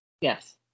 Yes